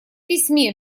письме